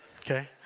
Okay